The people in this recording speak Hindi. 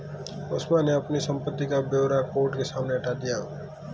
पुष्पा ने अपनी संपत्ति का ब्यौरा कोर्ट के सामने दिया